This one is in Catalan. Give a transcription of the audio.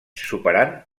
superant